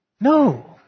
No